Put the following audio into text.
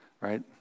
right